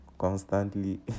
Constantly